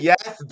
Yes